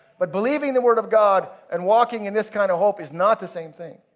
but believing the word of god and walking in this kind of hope is not the same thing.